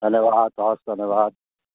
धन्यवाद हवस् धन्यवाद